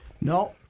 No